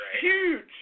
huge